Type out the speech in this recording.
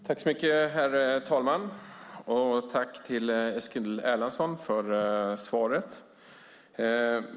Herr talman! Tack, Eskil Erlandsson, för svaret!